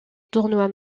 tournoi